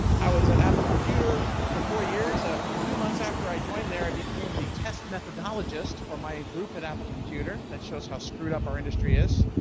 i was at apple computer for four years. a few months after i joined there, i became the test methodologist for my group at apple computer that shows how screwed up our industry is.